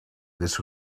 this